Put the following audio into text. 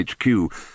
HQ